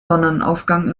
sonnenaufgang